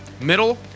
Middle